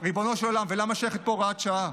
ריבונו של עולם, ולמה שייכת לפה הוראת שעה?